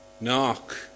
Knock